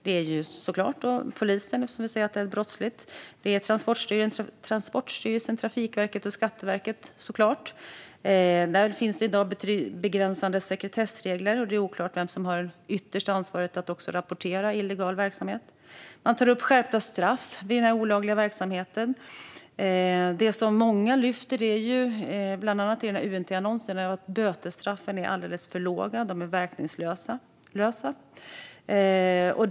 Det är såklart polisen eftersom det är fråga om brottslig verksamhet. Vidare är det Transportstyrelsen, Trafikverket och Skatteverket. Där finns i dag begränsande sekretessregler, och det är oklart vem som har det yttersta ansvaret att rapportera illegal verksamhet. Man tar upp skärpta straff för den olagliga verksamheten. Det många lyfter upp, bland annat i UNT om annonsen, är att bötesstraffen är alldeles för låga och verkningslösa.